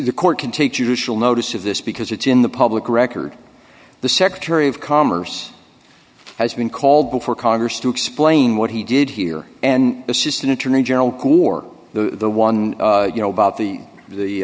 the court can take judicial notice of this because it's in the public record the secretary of commerce has been called before congress to explain what he did here and assistant attorney general corps the the one you know about the the